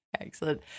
excellent